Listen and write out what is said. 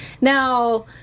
Now